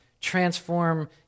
transform